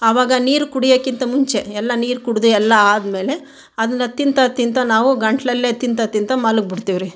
ಆವಾಗ ನೀರು ಕುಡಿಯೋಕ್ಕಿಂತ ಮುಂಚೆ ಎಲ್ಲ ನೀರು ಕುಡಿದು ಎಲ್ಲ ಆದ ಮೇಲೆ ಅದನ್ನ ತಿನ್ತಾ ತಿನ್ತಾ ನಾವು ಗಂಟಲಲ್ಲೇ ತಿನ್ತಾ ತಿನ್ತಾ ಮಲಗಿ ಬಿಡ್ತೀವಿ ರೀ